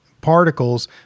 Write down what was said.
particles